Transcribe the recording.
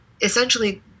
essentially